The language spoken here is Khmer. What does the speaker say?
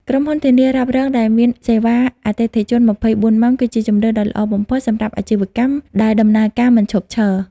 ក្រុមហ៊ុនធានារ៉ាប់រងដែលមាន សេវាអតិថិជន ២៤ ម៉ោង គឺជាជម្រើសដ៏ល្អបំផុតសម្រាប់អាជីវកម្មដែលដំណើរការមិនឈប់ឈរ។